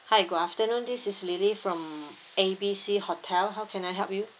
hi good afternoon this is lily from A B C hotel how can I help you